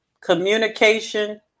communication